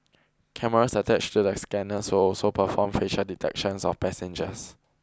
cameras attached to the scanners would also perform facial detections of passengers